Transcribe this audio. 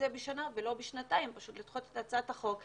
ההוראות בשנה ולא בשנתיים אלא פשוט לדחות את ההצעה עד